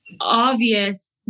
obvious